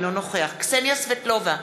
אינו נוכח קסניה סבטלובה,